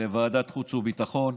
לוועדת החוץ והביטחון.